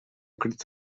crit